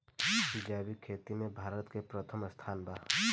जैविक खेती में भारत के प्रथम स्थान बा